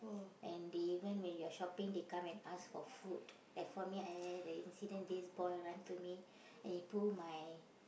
and they even when you are shopping they come and ask for food as for me I had an incident this boy run to me and he pull my